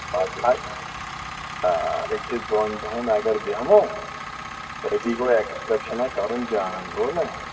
پَتہٕ آ آ أکِس دۄن دۄہَن اگر بیٚہمو تہٕ أتی گوٚو ایٚکسکَرٛشَنا کَرُن جان گوٚو نا